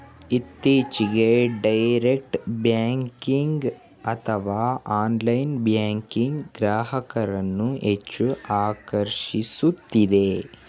ಇತ್ತೀಚೆಗೆ direct banking ಅಥವಾ online banking ಗ್ರಾಹಕರನ್ನು ಹೆಚ್ಚು ಆಕರ್ಷಿಸುತ್ತಿದೆ